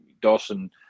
Dawson